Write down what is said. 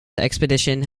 expedition